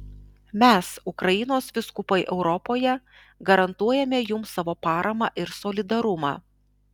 mes ukrainos vyskupai europoje garantuojame jums savo paramą ir solidarumą